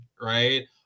right